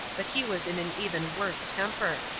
but he was in an even worse temper.